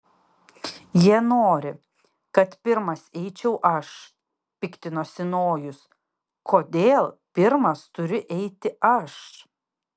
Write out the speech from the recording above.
jie nori kad pirmas eičiau aš piktinosi nojus kodėl pirmas turiu eiti aš